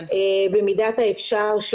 במידת האפשר.